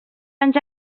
anys